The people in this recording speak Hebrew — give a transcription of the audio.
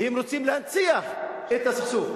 הם רוצים להנציח את הסכסוך.